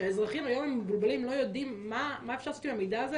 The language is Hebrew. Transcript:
שהאזרחים היום מבולבלים ולא יודעים מה אפשר לעשות עם המידע הזה.